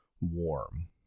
warm